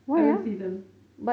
I haven't seen them